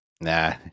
Nah